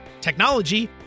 technology